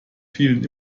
vielen